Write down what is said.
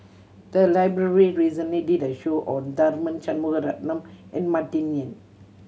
the library recently did a show on Tharman Shanmugaratnam and Martin Yan